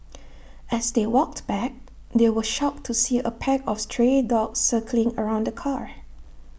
as they walked back they were shocked to see A pack of stray dogs circling around the car